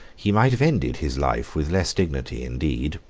he might have ended his life with less dignity, indeed,